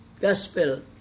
gospel